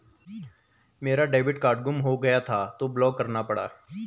मेरा debit card गुम हो गया था तो ब्लॉक करना पड़ा